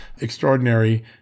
extraordinary